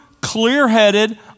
clear-headed